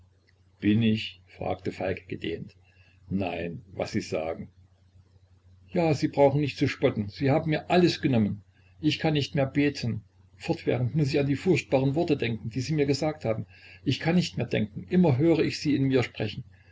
bin ich fragte falk gedehnt nein was sie sagen ja sie brauchen nicht zu spotten sie haben mir alles genommen ich kann nicht mehr beten fortwährend muß ich an die furchtbaren worte denken die sie mir gesagt haben ich kann nicht mehr denken immer höre ich sie in mir sprechen